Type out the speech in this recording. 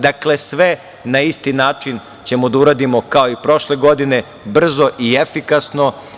Dakle, sve na isti način ćemo da uradimo, kao i prošle godine, brzo i efikasno.